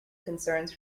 concerns